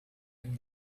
him